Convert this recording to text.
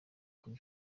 kuri